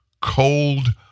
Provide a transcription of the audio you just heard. cold